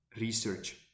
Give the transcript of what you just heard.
research